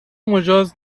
مجاز